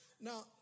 Now